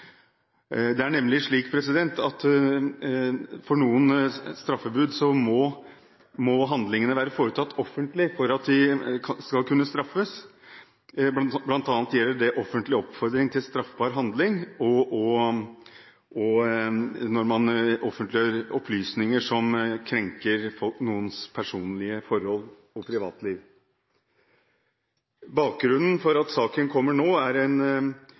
Det er nemlig slik at for noen straffebud må handlingene være foretatt offentlig for at de skal kunne straffes. Det gjelder bl.a. offentlig oppfordring til straffbar handling, og når man offentliggjør opplysninger som krenker noens personlige forhold og privatliv. Bakgrunnen for at saken kommer nå er en